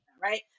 Right